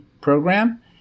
program